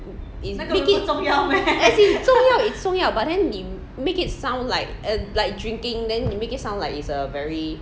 it is make it as in 重要 is 重要 but then 你 make it sound like err like drinking then you make it sound like it's a very